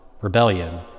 Rebellion